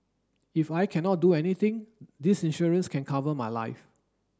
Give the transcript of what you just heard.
if I cannot do anything this insurance can cover my life